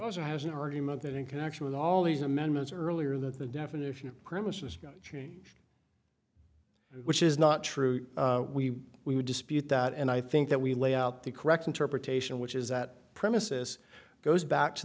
also has an argument that in connection with all these amendments or earlier that the definition of premises got changed which is not true we would dispute that and i think that we lay out the correct interpretation which is that premises goes back to